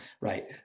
Right